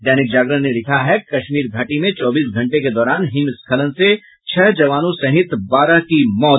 दैनिक जागरण ने लिखा है कश्मी घाटी में चौबीस घंटे के दौरान हिमस्खलन से छह जवानों सहित बारह की मौत